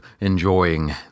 enjoying